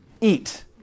Eat